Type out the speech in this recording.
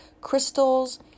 crystals